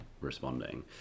responding